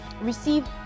Receive